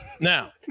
Now